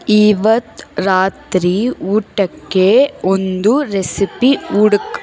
ಇವತ್ತು ರಾತ್ರಿ ಊಟಕ್ಕೆ ಒಂದು ರೆಸಿಪಿ ಹುಡ್ಕು